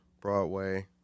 Broadway